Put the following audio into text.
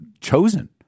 chosen